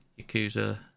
Yakuza